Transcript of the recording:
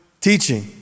teaching